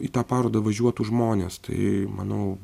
į tą parodą važiuotų žmonės tai manau